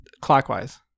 Clockwise